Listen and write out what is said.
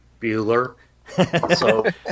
Bueller